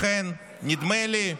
לכן נדמה לי,